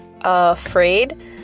afraid